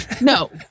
no